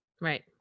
right